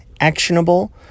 Actionable